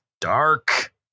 Dark